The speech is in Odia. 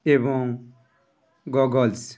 ଏବଂ ଗଗଲ୍ସ